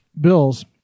bills